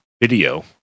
video